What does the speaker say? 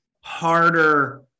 harder